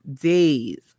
days